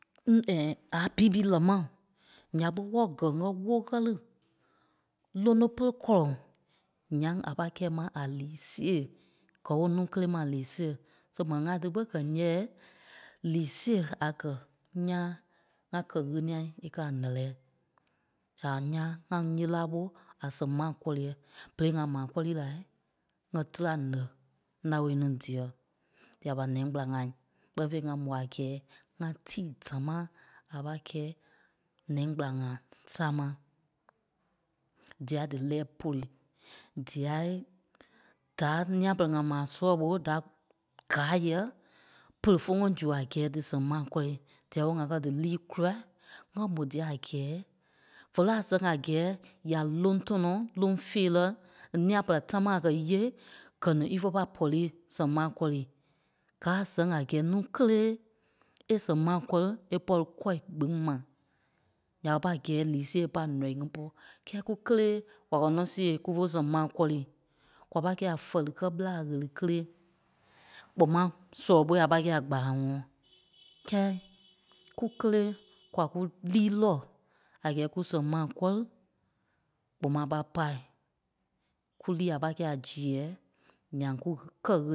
A B ɓ lɛ̀ ḿa, ǹya ɓé wɔlɔ gɛ̀ ŋ́gɛ wóo lóno pere kɔ̀lɔŋ. Ǹyaŋ a pâi kɛ̂i ma a lii sêe, gɛ ɓo núu kélee ma a lii sêe. So m̀ɛni ŋai tí ɓé gɛ̀ nyɛɛ lii sêe a gɛ̀ ńyãa ŋá kɛ ɣéniɛi é kɛ́ a nɛ́lɛɛ. Ǹya ɓa ńyãa ŋá ńyee lá ɓó a sɛŋ maa kɔ́riɛɛ, berei ŋa maa kɔ́rii lai ŋ́gɛ tela nɛ naoi ní dîai. Ǹya ɓa nɛɛŋ kpela ŋai kpɛ́ni fêi, ŋa mo a gɛ́ɛ ŋá tíi dámaa a pâi kɛ́i nɛɛŋ kpela ŋai sáma diai dí lɛ̀ɛ pôlui. Diai dâa nîa pɛlɛɛ ŋa maa sɔlɔ ɓò da gâai yɛ̂ɛ pere fé ŋɔ́nɔ zu a gɛ́ɛ dí sɛŋ maa kɔ́ri, diai ɓé ŋa kɛ́ dí líi kûlai ŋ́gɛ mo dîa a gɛ́ɛ vé lɔ a sɛŋ a gɛ́ɛ ya lóŋ tɔnɔ, lóŋ feerɛ, nîa pɛlɛɛ támaa a kɛ̀ íyêei gɛ̀ ni ífe pâi pɔ̂rii sɛŋ maa kɔrii. Gáa a sɛŋ a gɛ́ɛ núu kélee é sɛŋ maa kɔ́ri é pɔ̂ri kɔ̂i gbîŋ ma. Ǹya ɓé pâi gɛ̂i lii sêe é pâ ǹɔii ŋí pɔ́. Kɛ́ɛ kú kélee kwa kɛ̀ nɔ́ seei kúfe sɛŋ maa kɔ́rii, kwa pâi kɛ̂i a fɛli kɛ́ ɓela ɣele kélee. Kpɔŋ maa sɔlɔ ɓói a pâi kɛ́i a gbanaŋɔɔ. Kɛ́ɛ kú kélee kwa kú líi lɔ a gɛ́ɛ kú sɛŋ maa kɔ́ri, kpɔŋ maa a pâi pâi kú líi a pâi kɛ̂i a zèɛɛ, ǹyaŋ kú kɛ́